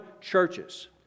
churches